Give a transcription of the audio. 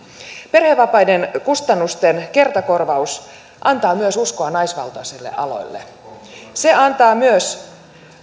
perhevapaiden kustannusten kertakorvaus antaa myös uskoa naisvaltaisille aloille se antaa myös